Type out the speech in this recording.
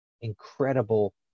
incredible